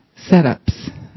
setups